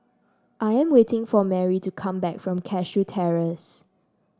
I am waiting for Marry to come back from Cashew Terrace